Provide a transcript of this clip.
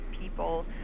people